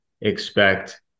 expect